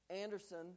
Anderson